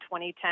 2010